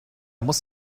muss